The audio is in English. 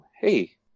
hey